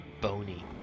bony